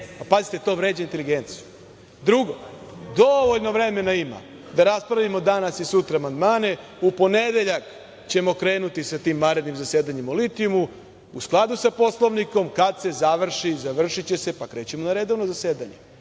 Pazite, to vređa inteligenciju. Drugo, dovoljno vremena ima da raspravimo danas i sutra amandmane. U ponedeljak ćemo krenuti sa tim vanrednim zasedanjem o litijumu u skladu sa Poslovnikom. Kad se završi, završiće se, pa krećemo na redovno zasedanje